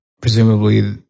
presumably